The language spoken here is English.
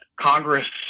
Congress